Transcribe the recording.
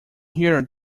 here